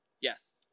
yes